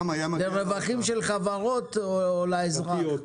לרווחים של חברות או לאזרחים?